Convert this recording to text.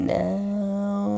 now